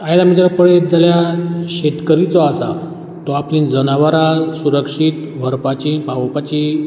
आयज आमी जर पळयत जाल्या शेतकरी जो आसा तो आपले जनावरां सुरक्षीत व्हरपाचीं पावोवपाचीं